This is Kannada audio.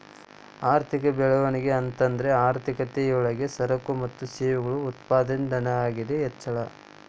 ಆರ್ಥಿಕ ಬೆಳವಣಿಗೆ ಅಂತಂದ್ರ ಆರ್ಥಿಕತೆ ಯೊಳಗ ಸರಕು ಮತ್ತ ಸೇವೆಗಳ ಉತ್ಪಾದನದಾಗಿಂದ್ ಹೆಚ್ಚಳ